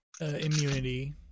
immunity